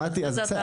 מטי,